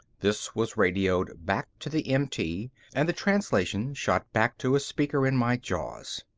this was radioed back to the mt and the translation shot back to a speaker in my jaws.